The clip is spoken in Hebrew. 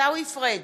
עיסאווי פריג'